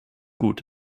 gut